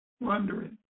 wandering